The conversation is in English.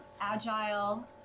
agile